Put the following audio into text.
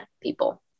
people